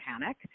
panic